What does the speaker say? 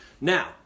Now